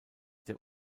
der